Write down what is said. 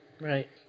right